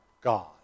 God